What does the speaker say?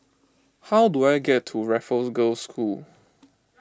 how do I get to Raffles Girls' School